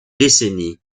décennies